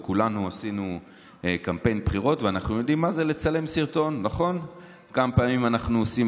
וכולנו עשינו קמפיין בחירות ואנחנו יודעים מה זה לצלם סרטון,